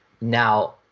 Now